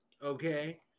Okay